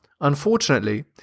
Unfortunately